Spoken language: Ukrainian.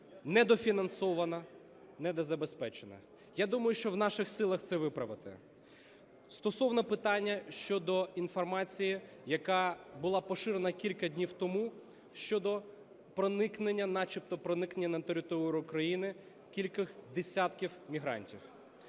недофінансована, недозабезпечена. Я думаю, що в наших силах це виправити. Стосовно питання щодо інформації, яка була поширена кілька днів тому, щодо проникнення, начебто проникнення на територію України кількох десятків мігрантів.